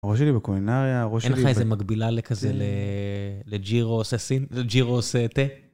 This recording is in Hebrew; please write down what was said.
הראש שלי בקולינריה, הראש שלי בקולינריה. אין לך איזה מקבילה לג'ירו עושה סין, לג'ירו עושה תה?